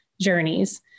journeys